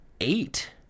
eight